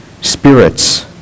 spirits